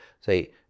say